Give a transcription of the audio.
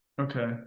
Okay